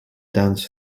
dance